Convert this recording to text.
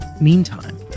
Meantime